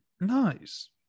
Nice